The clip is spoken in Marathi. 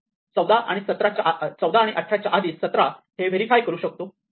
14 आणि 18 च्या आधी 17 आहे हे व्हेरिफाय करू शकतो